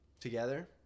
together